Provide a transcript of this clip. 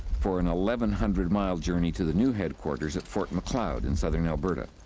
for an eleven hundred mile journey to the new headquarters at fort macleod, in southern alberta.